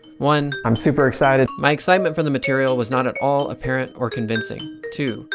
one, i'm super excited. my excitement for the material was not at all apparent or convincing. two,